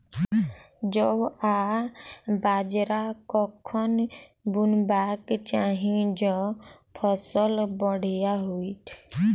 जौ आ बाजरा कखन बुनबाक चाहि जँ फसल बढ़िया होइत?